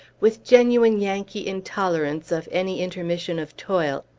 with genuine yankee intolerance of any intermission of toil,